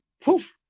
poof